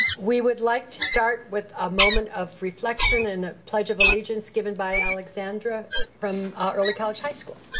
we would like to start with a moment of reflection and the pledge of allegiance given by alexandra from early college high school.